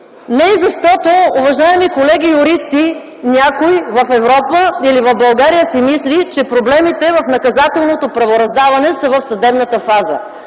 Не и защото, уважаеми колеги юристи, някой в Европа или в България си мисли, че проблемите в наказателното правораздаване са в съдебната фаза.